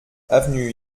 avenue